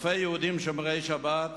אלפי יהודים שומרי שבת,